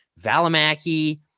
Valimaki